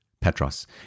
Petros